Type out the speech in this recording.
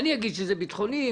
אני אגיד שזה ביטחוני,